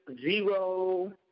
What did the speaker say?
zero